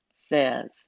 says